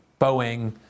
Boeing